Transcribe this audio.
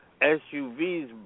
SUVs